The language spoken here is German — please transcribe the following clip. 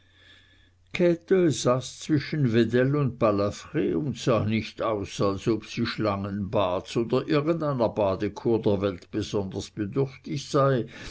käthe saß zwischen wedell und balafr und sah nicht aus als ob sie schlangenbads oder irgendeiner badekur der welt besonders bedürftig sei